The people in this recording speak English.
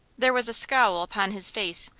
there was a scowl upon his face,